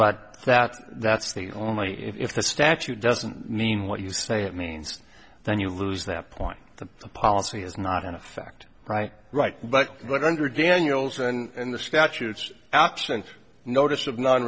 but that that's the only if the statute doesn't mean what you say it means then you lose that point the policy is not in effect right right but but under daniels and the statutes absent notice of non